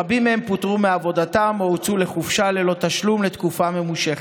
רבים מהם פוטרו מעבודתם או הוצאו לחופשה ללא תשלום לתקופה ממושכת.